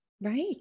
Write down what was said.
Right